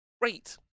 great